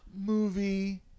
movie